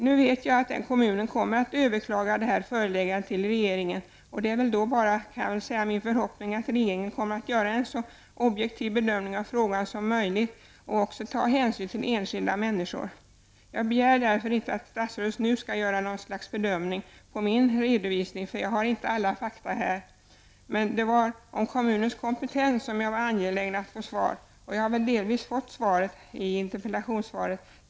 Nu vet jag att kommunen kommer att överklaga det här föreläggandet till regeringen, och det är då min förhoppning att regeringen kommer att göra en så objektiv bedömning av frågan som möjligt och därvid ta hänsyn till enskilda människor. Jag begär inte att statsrådet nu skall kunna göra någon bedömning bara på grundval av min redovisning, för jag har inte alla fakta med mig. Det var om kommunens kompetens som jag var angelägen att få ett svar, och jag har väl delvis fått information i interpellationssvaret.